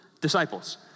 disciples